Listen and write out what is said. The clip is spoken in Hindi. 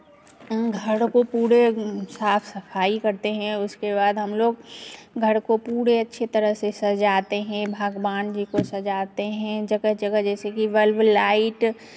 घर को पूरे साफ सफाई करते हैं उसके बाद हमलोग घर को पूरे अच्छे तरह से सजाते हैं भगवान जी को सजाते हैं जगह जगह जैसे की बल्ब लाइट